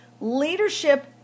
leadership